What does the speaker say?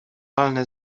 walne